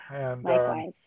Likewise